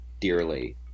dearly